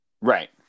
right